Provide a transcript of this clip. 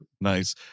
Nice